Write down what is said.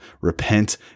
Repent